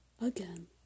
Again